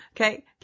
Okay